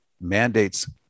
mandates